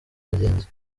abagenzi